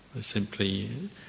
Simply